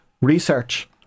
research